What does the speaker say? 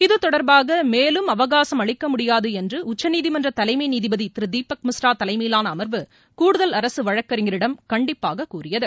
இது தொடர்பாக மேலும் அவகாசம் அளிக்க முடியாது என்று உச்சநீதிமன்ற தலைமை நீதிபதி திரு தீபக் மிஸ்ரா தலைமையிலான அமர்வு கூடுதல் அரசு வழக்கறிஞரிடம் கண்டிப்பாக கூறியது